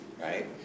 right